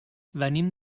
venim